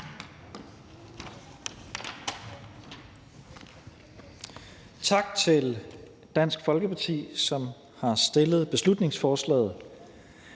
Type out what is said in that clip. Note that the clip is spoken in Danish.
Tak til Dansk Folkeparti, som har fremsat beslutningsforslaget.